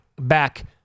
back